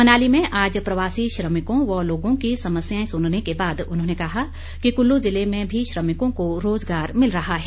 मनाली में आज प्रवासी श्रमिकों व लोगों की समस्याएं सुनने के बाद उन्होंने कहा कि कुल्लू ज़िले में भी श्रमिकों को रोजगार मिल रहा है